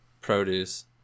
produce